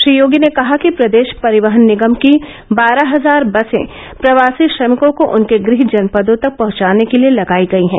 श्री योगी ने कहा कि प्रदेश परिवहन निगम की बारह हजार बसें प्रवासी श्रमिकों को उनके गृह जनपदों तक पहुंचाने के लिए लगायी गयी हैं